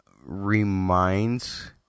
reminds